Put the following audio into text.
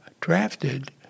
drafted